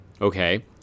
Okay